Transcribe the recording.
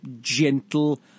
gentle